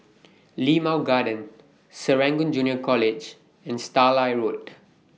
Limau Garden Serangoon Junior College and Starlight Road